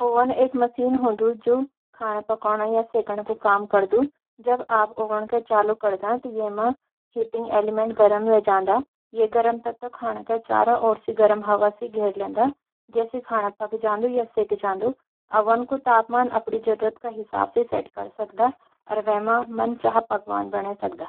ओवन एक मशीन होदु जु खाने को पकाने या सेंकने कु काम करदु । जब आप ओवन क चालू करदा त येमा, हीटिंग एलिमेंट्स गरम व्हाई जांदा । ये गरम तत्व खाने को चारों ओर से गर्म हवा से घेर लेदा, जिसे खानू पक जांदु या सेंक जांदु । ओवन में तापमान को आप अपनी जरूरत के हिसाब से सेट करि सकदा और वैम मन चाहा पकवान बने सकदा।